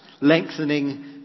lengthening